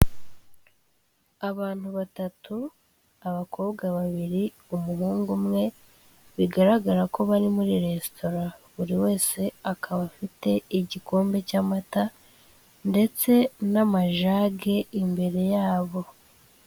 Abantu batatu, abakobwa babiri, umuhungu umwe, bigaragara ko bari muri resitora buri wese akaba afite igikombe cy'amata ndetse n'amajage imbere yabo.